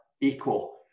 equal